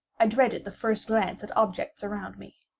i dreaded the first glance at objects around me.